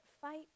fight